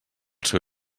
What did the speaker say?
seu